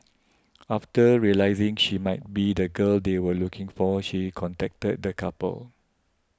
after realising she might be the girl they were looking for she contacted the couple